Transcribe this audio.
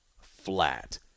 flat